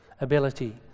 ability